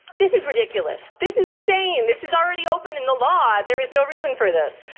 this is ridiculous, this is insane, this is already open in the law, there is no reason for this.